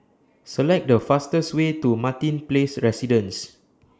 Select The fastest Way to Martin Place Residences